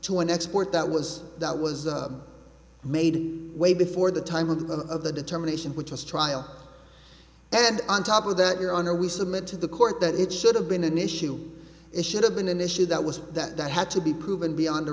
to an export that was that was made way before the time of the of the determination which was trial and on top of that your honor we submit to the court that it should have been an issue it should have been an issue that was that that had to be proven beyond a